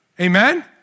amen